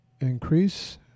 increase